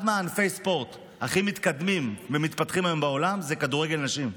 אחד מענפי הספורט הכי מתקדמים ומתפתחים היום בעולם זה כדורגל נשים.